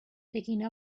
picking